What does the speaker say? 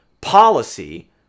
policy